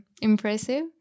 impressive